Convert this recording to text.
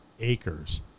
acres